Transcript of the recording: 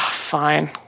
Fine